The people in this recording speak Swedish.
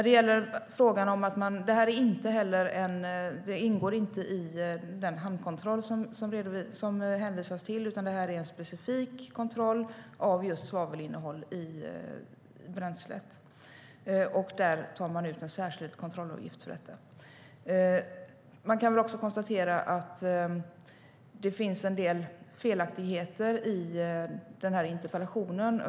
Detta ingår inte heller i den hamnkontroll som det hänvisas till, utan detta är en specifik kontroll av just svavelinnehållet i bränslet. För detta tas en särskild kontrollavgift ut. Jag kan också konstatera att det finns en del felaktigheter i denna interpellation.